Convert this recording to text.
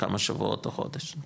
כמה שבועות, או חודש.